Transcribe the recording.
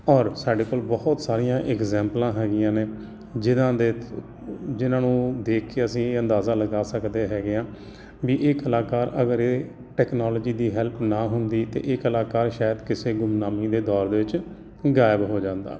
ਔਰ ਸਾਡੇ ਕੋਲ ਬਹੁਤ ਸਾਰੀਆਂ ਇਗਜਾਮਪਲਾਂ ਹੈਗੀਆਂ ਨੇ ਜਿਹਨਾਂ ਦੇ ਜਿਹਨਾਂ ਨੂੰ ਦੇਖ ਕੇ ਅਸੀਂ ਅੰਦਾਜ਼ਾ ਲਗਾ ਸਕਦੇ ਹੈਗੇ ਹਾਂ ਵੀ ਇਹ ਕਲਾਕਾਰ ਅਗਰ ਇਹ ਟੈਕਨੋਲੋਜੀ ਦੀ ਹੈਲਪ ਨਾ ਹੁੰਦੀ ਅਤੇ ਇਹ ਕਲਾਕਾਰ ਸ਼ਾਇਦ ਕਿਸੇ ਗੁੰਮਨਾਮੀ ਦੇ ਦੌਰ ਦੇ ਵਿੱਚ ਗਾਇਬ ਹੋ ਜਾਂਦਾ